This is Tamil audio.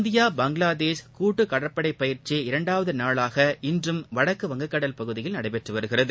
இந்தியா பங்களாதேஷ் கூட்டுகடற்படைபயிற்சி இரண்டாவதநாளாக இன்றும் வடக்கு வங்கக் கடல் பகுதியில் நடைபெற்றுவருகிறது